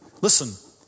Listen